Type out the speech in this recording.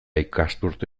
ikasturte